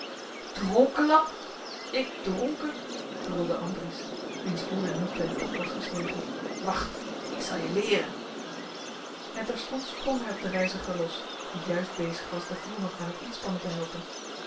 dronke lap ik dronken brulde andries wiens woede nu ten top was gestegen wacht ik zelje leeren en terstond sprong hij op den reiziger los die juist bezig was den voerman aan het inspannen te helpen